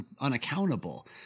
unaccountable